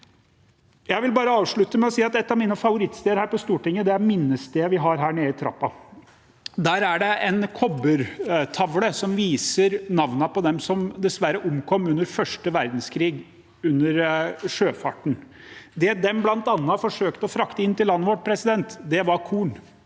Jeg vil bare avslutte med å si at et av mine favorittsteder her på Stortinget er minnestedet vi har her nede i trappen. Der er det en kobbertavle som viser navnene på dem som dessverre omkom under første verdenskrig, under sjøfarten. Det de bl.a. forsøkte å frakte inn til landet vårt, var korn.